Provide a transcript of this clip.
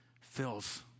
fills